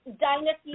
dynasty